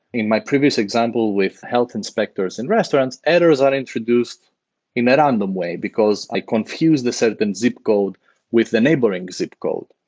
in my previous example with health inspectors and restaurants, errors are introduced in a random way because i confuse the certain zip code with the neighboring zip code,